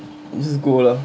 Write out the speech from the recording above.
just go lah